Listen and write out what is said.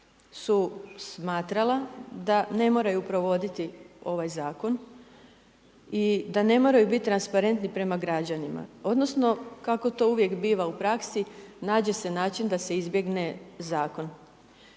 su smatrala da ne moraju provoditi ovaj zakon i da ne moraju biti transparentni prema građanima, odnosno kako to uvijek biva u praksi nađe se način da se izbjegne zakon.